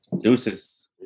Deuces